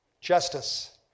justice